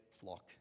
flock